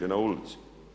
Na ulici.